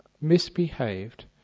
misbehaved